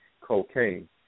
cocaine